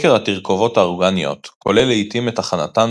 חקר התרכובות האורגניות כולל לעיתים את הכנתן